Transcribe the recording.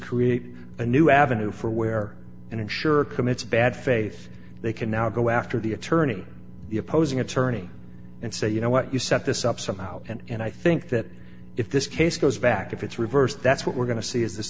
create a new avenue for where an insurer commits bad faith they can now go after the attorney the opposing attorney and say you know what you set this up somehow and i think that if this case goes back if it's reversed that's what we're going to see is this